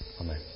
Amen